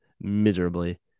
miserably